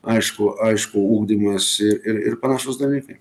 aišku aišku ugdymiesi ir ir panašūs dalykai